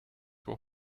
were